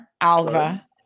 Alva